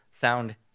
sound